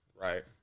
right